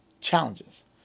challenges